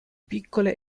piccole